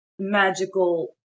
magical